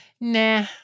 nah